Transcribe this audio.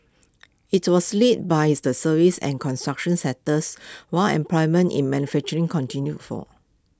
IT was led by the services and construction sectors while employment in manufacturing continued fall